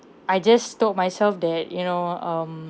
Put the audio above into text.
I just told myself that you know um